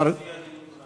אני מציע